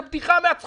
זה בדיחה מהצחוק,